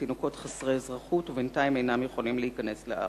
התינוקות חסרי אזרחות ובינתיים אינם יכולים להיכנס לארץ.